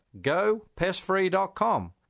GoPestFree.com